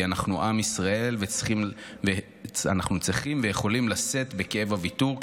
כי אנחנו עם ישראל ואנחנו צריכים ויכולים לשאת בכאב הוויתור,